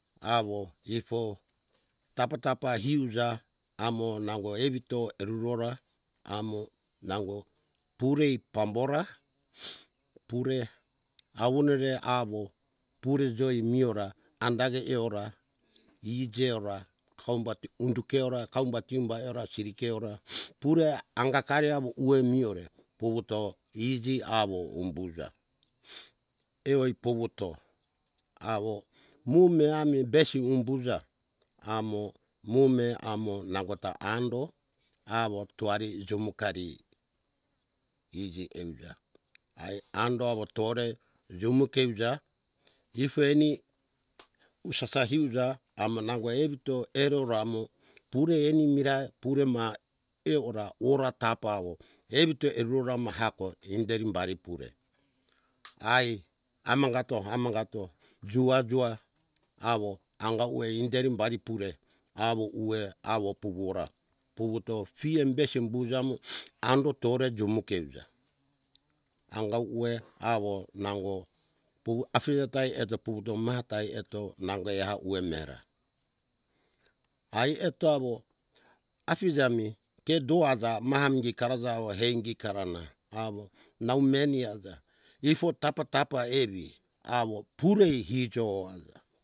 Awo ifo tapa - tapa iuja amo nango evito rurora amo nango purei pambora pure awo norea awo pure joi miora undami eora iji eora kaumbati undu keora kaumbati umabae eora siri keora pure angatari awo uwe miore puvuto iji awo umbuja euwe puvuto awo mume ami besi umbuja amo mume amo nangota ando awo toari jumukari iji euja ae ando wotore jumu keuja ifo eni usasa euja amo nango evito iruramo pure eni mira pure ma eu ora tapa wo evito erurama hako inderi bari pure ai hamagato - hamagato jua jua awo angauwe inderi bari pure awo uwe awo puvu ora puvuto fie besi bujamo ando tore jumu keuja anga uwe awo nango puwo afije tai eto puvuto mata ai eto nango eha uwe mera ai eto awo afija mi ke dua aja mahami karaja awo hengi karana awo nau meni aja ifo tapa - tapa evi awo purei hijo aja